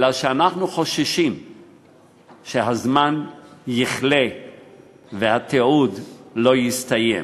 אלא שאנחנו חוששים שהזמן יכלה והתיעוד לא יסתיים.